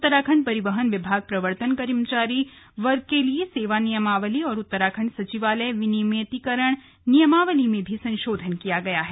उत्तराखण्ड परिवहन विभाग प्रवर्तन कर्मचारी वर्ग के लिए सेवा नियमावली और उत्तराखण्ड सचिवालय विनियमतिकरण नियमावली में भी संशोधन किया गया है